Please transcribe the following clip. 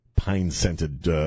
Pine-scented